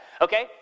okay